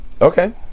Okay